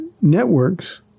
networks